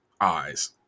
eyes